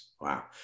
Wow